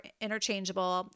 interchangeable